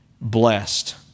blessed